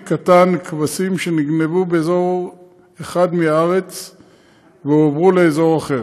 קטן כבשים שנגנבו באזור אחד בארץ והועברו לאזור אחר.